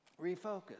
Refocus